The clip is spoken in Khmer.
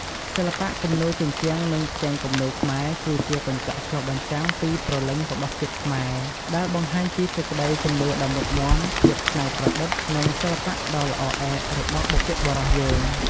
សិល្បៈគំនូរជញ្ជាំង និងផ្ទាំងគំនូរខ្មែរ គឺជាកញ្ចក់ឆ្លុះបញ្ចាំងពីព្រលឹងរបស់ជាតិខ្មែរ ដែលបង្ហាញពីសេចក្តីជំនឿដ៏មុតមាំ ភាពច្នៃប្រឌិត និងសិល្បៈដ៏ល្អឯករបស់បុព្វបុរសយើង។